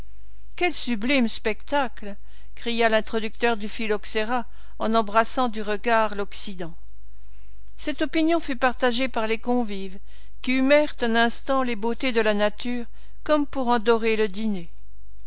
quel sublime spectacle s'écria l'introducteur du phylloxera en embrassant du regard l'occident cette opinion fut partagée par les convives qui humèrent un instant les beautés de la nature comme pour en dorer le dîner